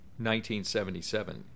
1977